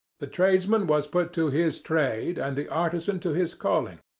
the tradesman was put to his trade and the artisan to his calling.